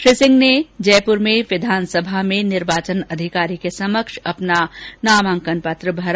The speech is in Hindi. श्री सिंह ने जयपूर में विधानसभा में निर्वाचन अधिकारी के समक्ष अपना नामांकन पत्र भरा